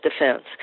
defense